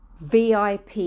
VIP